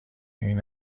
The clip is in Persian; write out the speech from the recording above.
این